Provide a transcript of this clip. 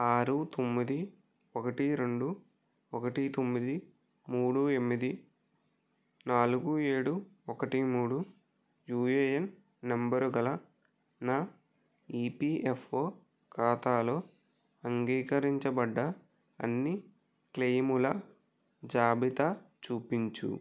ఆరు తొమ్మిది ఒకటి రెండు ఒకటి తొమ్మిది మూడు ఎనిమిది నాలుగు ఏడు ఒకటి మూడు యూఏఎన్ నంబరు గల నా ఈపీఎఫ్ఓ ఖాతాలో అంగీకరించబడ్డ అన్ని క్లెయిముల జాబితా చూపించుము